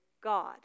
God